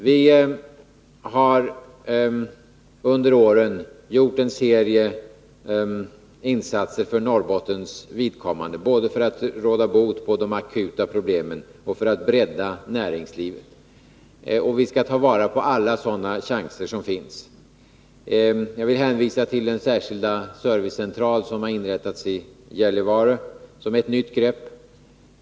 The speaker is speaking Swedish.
Vi har under åren gjort en serie insatser för Norrbottens vidkommande, både för att råda bot på de akuta problemen och för att bredda näringslivet. Vi skall ta vara på alla sådana chanser som finns. Jag vill hänvisa till den särskilda servicecentral som inrättats i Gällivare som ett nytt grepp.